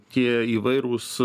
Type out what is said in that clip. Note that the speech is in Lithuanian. tie įvairūs